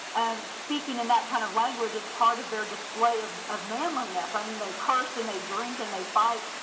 and speaking in that kind of language is part of their display of of manliness. i mean they curse and they drink and they fight.